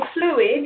fluid